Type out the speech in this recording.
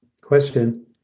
question